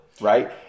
right